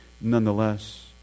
nonetheless